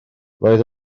roedd